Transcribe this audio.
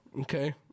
okay